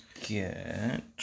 get